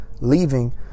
leaving